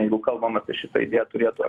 jeigu kalbam apie šitą idėją turėtų